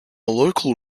local